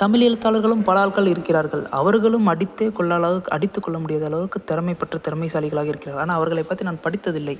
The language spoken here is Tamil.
தமிழ் எழுத்தாளர்களும் பல ஆட்கள் இருக்கிறார்கள் அவர்களும் அடித்தே கொள்ள அளவுக்கு அடித்துகொள்ள முடியாத அளவுக்கு திறமை பெற்ற திறமைசாலிகளாக இருக்கிறார்கள் ஆனால் அவர்களை பற்றி நான் படித்ததில்லை